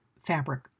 fabric